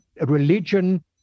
Religion